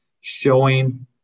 showing